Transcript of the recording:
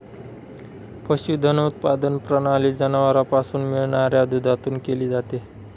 पशुधन उत्पादन प्रणाली जनावरांपासून मिळणाऱ्या दुधातून केली जाते